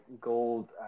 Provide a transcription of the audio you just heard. gold